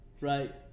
right